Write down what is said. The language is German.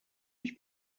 mich